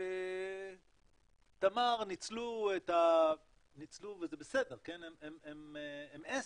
ותמר ניצלו, וזה בסדר, הם עסק,